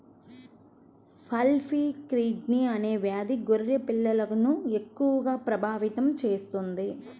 pulpy kidney అనే వ్యాధి గొర్రె పిల్లలను ఎక్కువగా ప్రభావితం చేస్తుంది